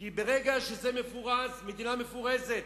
כי ברגע שזאת מדינה מפורזת,